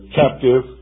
captive